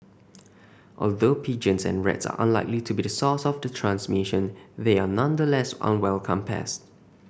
although pigeons and rats are unlikely to be the source of the transmission they are nonetheless unwelcome pests